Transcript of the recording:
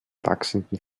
wachsenden